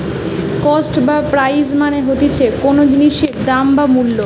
cost বা price মানে হতিছে কোনো জিনিসের দাম বা মূল্য